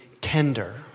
tender